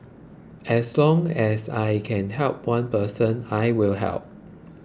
as long as I can help one person I will help